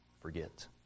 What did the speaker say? forget